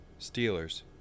Steelers